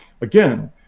Again